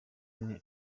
mwe